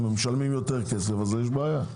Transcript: אם הם משלמים יותר כסף יש בעיה.